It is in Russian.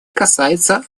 касается